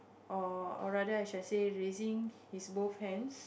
or or rather I should say raising his both hands